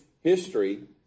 history